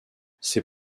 ces